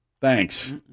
Thanks